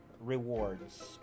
rewards